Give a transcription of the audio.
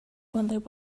only